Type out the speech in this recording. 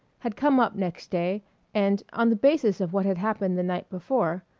had come up next day and, on the basis of what had happened the night before,